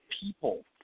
people